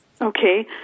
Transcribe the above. Okay